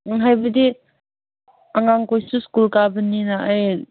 ꯎꯝ ꯍꯥꯏꯕꯗꯤ ꯑꯉꯥꯡ ꯃꯈꯩꯁꯨ ꯁ꯭ꯀꯨꯜ ꯀꯥꯕꯅꯤꯅ ꯑꯩ